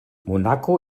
monaco